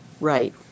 right